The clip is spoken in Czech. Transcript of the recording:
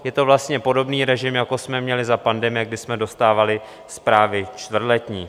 Je to vlastně podobný režim, jako jsme měli za pandemie, kdy jsme dostávali zprávy čtvrtletní.